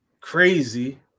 crazy